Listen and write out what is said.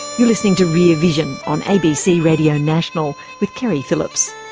you're listening to rear vision on abc radio national, with keri phillips.